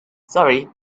sorry